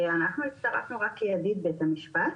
אנחנו הצטרפנו רק כידיד בית המשפט